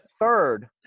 third